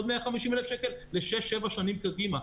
עוד 150,000 שקל לשש-שבע שנים קדימה.